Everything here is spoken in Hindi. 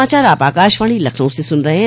यह समाचार आप आकाशवाणी लखनऊ से सुन रहे हैं